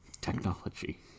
technology